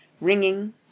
ringing